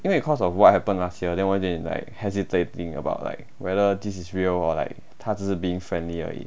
因为 because of what happened last year then I hesitating about like whether this is real or like 她只是 being friendly 而已